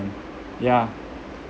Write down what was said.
yeah